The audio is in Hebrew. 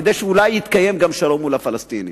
כדי שאולי יתקיים גם שלום מול הפלסטינים.